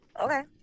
Okay